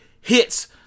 hits